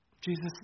Jesus